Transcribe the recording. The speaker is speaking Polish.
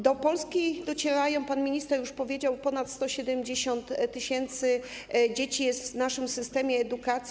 Do Polski docierają dzieci, pan minister już powiedział, że ponad 170 tys. dzieci jest w naszym systemie edukacji.